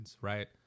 Right